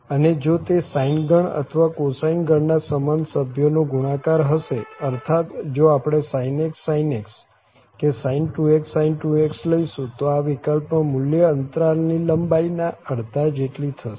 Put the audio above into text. અને જો તે sine ગણ અથવા cosine ગણ ના સમાન સભ્યો નો ગુણાકાર હશે અર્થાત્ જો આપણે sin x sin x કે sin 2x sin 2x લઈશું તો આ વિકલ્પમાં મુલ્ય અંતરાલ ની લંબાઈ ના અડધા જેટલી થશે